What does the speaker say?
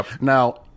Now